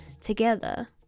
together